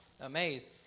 amazed